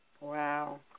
Wow